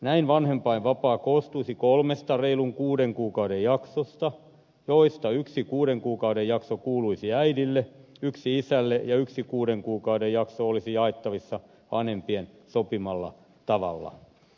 näin vanhempainvapaa koostuisi kolmesta reilun kuuden kuukauden jaksosta joista yksi kuuden kuukauden jakso kuuluisi äidille yksi isälle ja yksi kuuden kuukauden jakso olisi jaettavissa vanhempien sopimalla tavalla